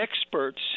experts